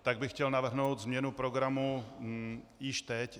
Tak bych chtěl navrhnout změnu programu již teď.